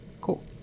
Cool